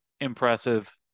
Impressive